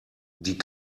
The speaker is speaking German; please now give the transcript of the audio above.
die